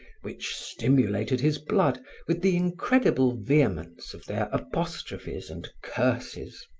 which stimulated his blood with the incredible vehemence of their apostrophes and curses.